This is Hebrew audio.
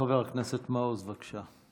חבר הכנסת מעוז, בבקשה.